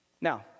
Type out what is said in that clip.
Now